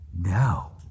no